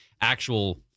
actual